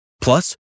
Plus